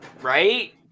Right